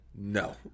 No